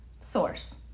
Source